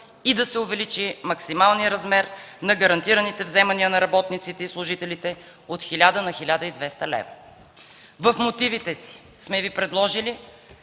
и да се увеличи максималният размер на гарантираните вземания на работниците и служителите от 1000 на 1200 лв. В мотивите си сме Ви предложили